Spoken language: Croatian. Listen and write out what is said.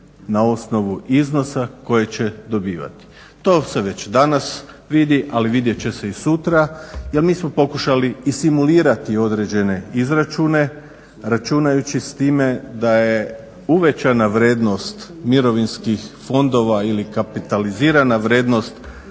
na osnovu iznosa koje će dobivati. To se već danas vidi, ali vidjet će se i sutra. Jer mi smo pokušali i simulirati određene izračune računajući s time da je uvećana vrednost mirovinskih fondova ili kapitalizirana vrednost